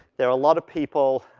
there are a lot of people